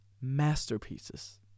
masterpieces